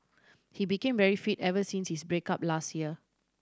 he became very fit ever since his break up last year